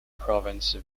province